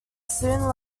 soon